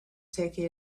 taking